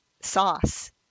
sauce